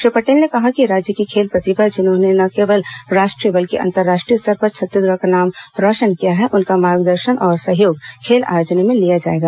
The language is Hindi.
श्री पटेल ने कहा कि राज्य की खेल प्रतिभा जिन्होंने न केवल राष्ट्रीय बल्कि अंतर्राष्ट्रीय स्तर पर छत्तीसगढ़ का नाम रोशन किया है उनका् मार्गदर्शन और सहयोग खेल आयोजनों में लिया जाएगा